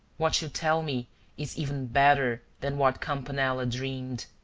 what you tell me is even better than what campanella dreamed.